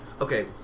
Okay